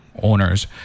owners